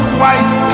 white